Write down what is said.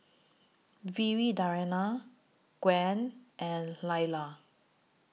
Viridiana Gwen and Lalla